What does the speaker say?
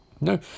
No